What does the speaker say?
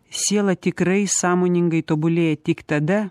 siela tikrai sąmoningai tobulėja tik tada